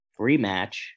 rematch